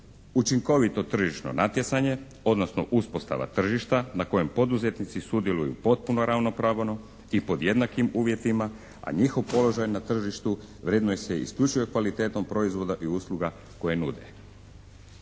učinkovito tržišno natjecanje, odnosno uspostava tržišta na kojem poduzetnici sudjeluju potpuno ravnopravno i pod jednakim uvjetima, a njihov položaj na tržištu vrednuje se isključivo kvalitetom proizvoda i usluga koje nude.